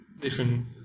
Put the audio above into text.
different